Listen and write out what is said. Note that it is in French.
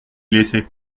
laissé